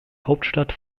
hauptstadt